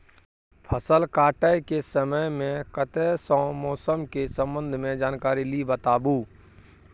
फसल काटय के समय मे कत्ते सॅ मौसम के संबंध मे जानकारी ली बताबू?